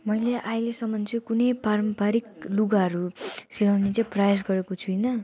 मैले अहिलेसम्म चाहिँ कुनै पारम्पारिक लुगाहरू सिलाउने चाहिँ प्रयास गरेको छुइनँ